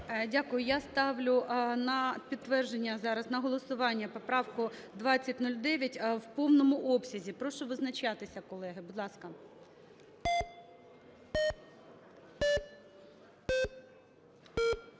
Дякую. Я ставлю на підтвердження зараз, на голосування поправку 2009 в повному обсязі. Прошу визначатися, колеги, будь ласка.